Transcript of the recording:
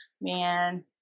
man